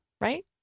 right